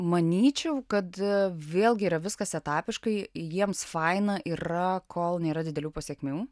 manyčiau kad vėlgi yra viskas etapiškai jiems faina yra kol nėra didelių pasekmių